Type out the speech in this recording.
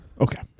Okay